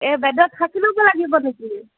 এই বাইদেউ থাকি ল'ব লাগিব নেকি